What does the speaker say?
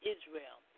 Israel